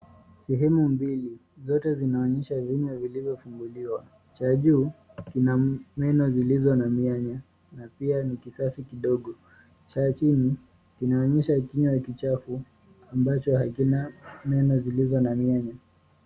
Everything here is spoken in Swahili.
Sehemu mbili zote zinaonyesha vinywa vilivyofunguliwa, cha juu, kina meno zilizo na mianya na pia ni kisafi kidogo, cha chini kinaonyesha kinywa kichafu ambacho hakina meno zilizo na mianya.